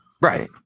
Right